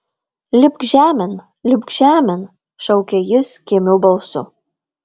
lipk žemėn lipk žemėn šaukė jis kimiu balsu